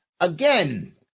again